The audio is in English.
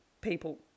people